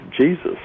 Jesus